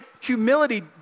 humility